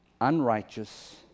unrighteous